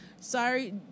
sorry